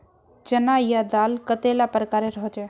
चना या दाल कतेला प्रकारेर होचे?